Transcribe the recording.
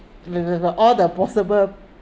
with with all the possible